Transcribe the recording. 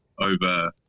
over